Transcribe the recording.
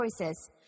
choices